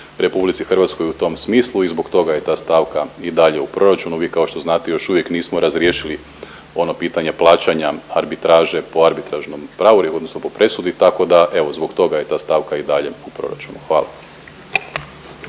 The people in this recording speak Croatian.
pravnu pomoć RH u tom smislu i zbog toga je ta stavka i dalje u proračunu. Vi kao što znate još uvijek nismo razriješili ono pitanje plaćanja arbitraže po arbitražnom pravorijeku odnosno presudi, tako da evo zbog toga je ta stavka i dalje u proračunu. Hvala.